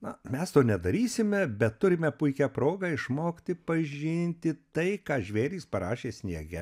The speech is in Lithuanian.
na mes to nedarysime bet turime puikią progą išmokti pažinti tai ką žvėrys parašė sniege